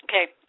Okay